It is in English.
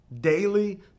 Daily